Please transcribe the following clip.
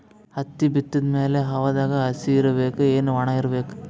ಹತ್ತಿ ಬಿತ್ತದ ಮ್ಯಾಲ ಹವಾದಾಗ ಹಸಿ ಇರಬೇಕಾ, ಏನ್ ಒಣಇರಬೇಕ?